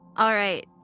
alright.